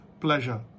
pleasure